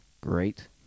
great